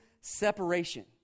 separation